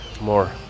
more